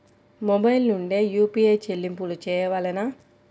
Mobile నుండే UPI చెల్లింపులు చేయవలెనా?